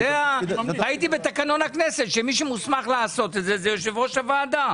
מי שמוסמך לעשות את זה הוא יושב-ראש הוועדה.